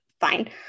Fine